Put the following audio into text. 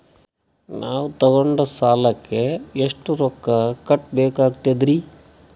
ನಾವು ತೊಗೊಂಡ ಸಾಲಕ್ಕ ಎಷ್ಟು ರೊಕ್ಕ ಕಟ್ಟಬೇಕಾಗ್ತದ್ರೀ?